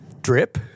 drip